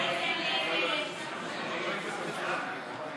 ההסתייגות (352) של קבוצת סיעת ישראל ביתנו